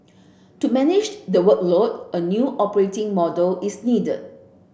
to manage the workload a new operating model is needed